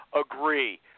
agree